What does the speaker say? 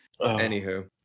Anywho